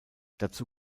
dazu